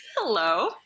Hello